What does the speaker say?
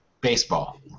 Baseball